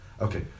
Okay